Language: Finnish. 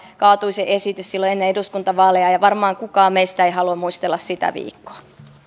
kaatui silloin viimeisellä viikolla ennen eduskuntavaaleja varmaan kukaan meistä ei halua muistella sitä viikkoa